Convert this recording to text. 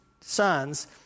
sons